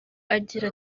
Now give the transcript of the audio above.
agira